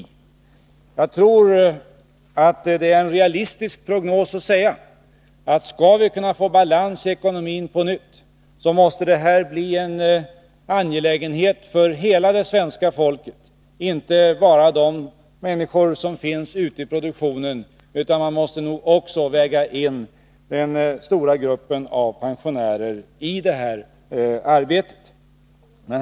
Jag tror att det är en realistisk prognos att säga: Skall vi på nytt kunna få balans i ekonomin, måste det bli en angelägenhet för hela det svenska folket, inte bara för de människor som finns ute i produktionen. Man måste också ta med den stora gruppen pensionärer i detta arbete.